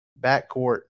backcourt